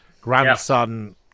Grandson